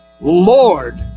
lord